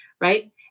Right